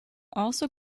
also